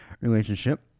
relationship